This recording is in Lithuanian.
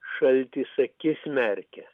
šaltis akis merkia